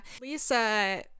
lisa